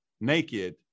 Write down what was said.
naked